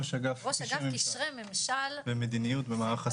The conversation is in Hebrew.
ראש אגף קשרי ממשל ומדיניות במערך הסייבר.